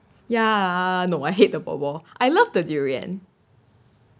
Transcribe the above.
ya no I hate the ball ball I love the durian